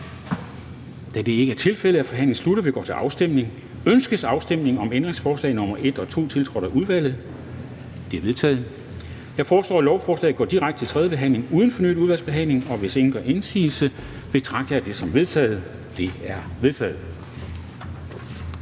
Kl. 13:47 Afstemning Formanden (Henrik Dam Kristensen): Ønskes afstemning om ændringsforslag nr. 1 og 2, tiltrådt af udvalget? De er vedtaget. Jeg foreslår, at lovforslaget går direkte til tredje behandling uden fornyet udvalgsbehandling. Hvis ingen gør indsigelse, betragter jeg dette som vedtaget. Det er vedtaget.